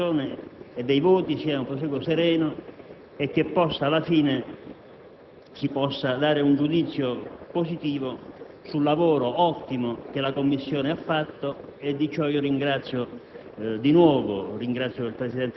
Quindi, spero che il prosieguo della discussione e delle votazioni sia sereno e che alla fine si possa dare un giudizio positivo sul lavoro ottimo che la Commissione ha svolto,